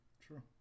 True